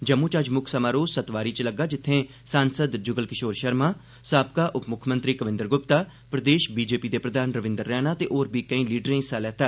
जम्मू च अज्ज मुक्ख समारोह सतवारी च लग्गा जित्थें सांसद जुगल किशोर शर्मा साबका उपमुक्खमंत्री कविंदर गुप्ता प्रदेश बीजेपी दे प्रधान रविंदर रैना ते होर बी केई लीडरें हिस्सा लैता